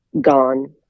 gone